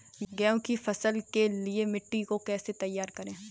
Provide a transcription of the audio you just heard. गेहूँ की फसल के लिए मिट्टी को कैसे तैयार करें?